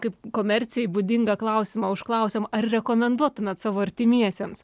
kaip komercijai būdingą klausimą užklausėm ar rekomenduotumėt savo artimiesiems